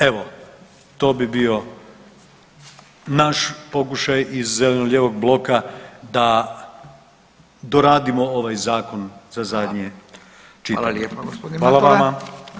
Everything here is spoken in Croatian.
Evo, to bi bio naš pokušaj iz zeleno-lijevog bloka da doradimo ovaj Zakon za zadnje čitanje.